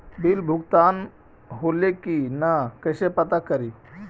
Bill भुगतान होले की न कैसे पता करी?